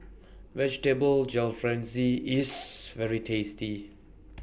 Vegetable Jalfrezi IS very tasty